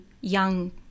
young